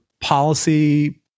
policy